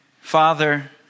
Father